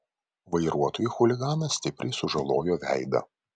vairuotojui chuliganas stipriai sužalojo veidą